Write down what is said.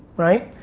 right.